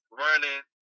running